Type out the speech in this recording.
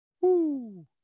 Woo